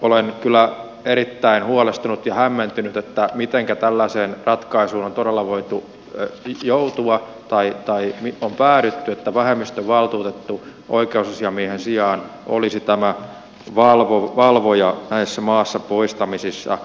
olen kyllä erittäin huolestunut ja hämmentynyt miten tällaiseen ratkaisuun on todella voitu joutua tai on päädytty että vähemmistövaltuutettu oikeusasiamiehen sijaan olisi tämä valvoja näissä maasta poistamisissa